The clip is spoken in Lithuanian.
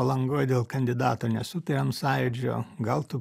palangoj dėl kandidato nesutariam sąjūdžio gal tu